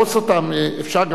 אפשר גם להשאיר את האנשים,